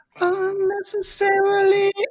Unnecessarily